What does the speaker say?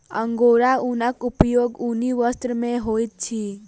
angora ऊनक उपयोग ऊनी वस्त्र में होइत अछि